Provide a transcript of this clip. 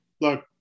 look